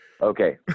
Okay